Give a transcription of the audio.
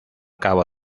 cabo